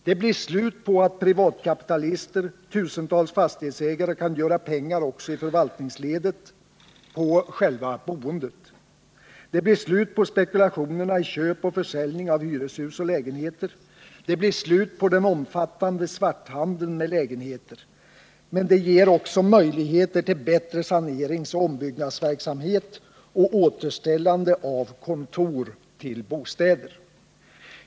Det blir slut på att privatkapitalister och tusentals fastighetsägare också i förvaltningsledet kan göra pengar på själva boendet. Det blir slut på spekulationerna i köp och försäljning av hyreshus och lägenheter. Det blir slut på den omfattande svarthandeln med lägenheter. Men det ger också möjligheter till bättre saneringsoch ombyggnadsverksamhet och återställande av kontor till bostäder.